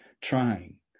trying